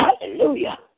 Hallelujah